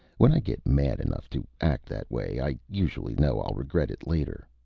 when i get mad enough to act that way, i usually know i'll regret it later.